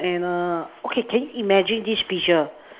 and err okay can you imagine this picture